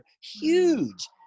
huge